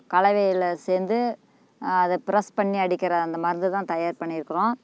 கலவையில் சேர்ந்து அதை ப்ரஸ் பண்ணி அடிக்கற அந்த மருந்து தான் தயார் பண்ணிருக்குறோம்